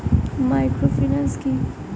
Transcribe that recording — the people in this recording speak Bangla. মাইক্রোফিন্যান্স কি?